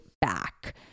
back